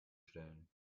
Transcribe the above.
stellen